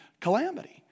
calamity